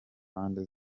mpande